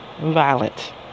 violent